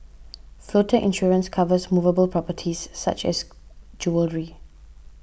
floater insurance covers movable properties such as jewellery